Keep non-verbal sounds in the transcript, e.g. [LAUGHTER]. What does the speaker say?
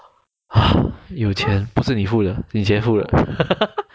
!wah! 有钱不是你付的你姐付的 [LAUGHS]